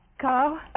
Carl